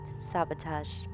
sabotage